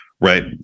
right